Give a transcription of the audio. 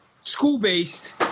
school-based